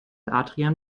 adrian